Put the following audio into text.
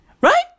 right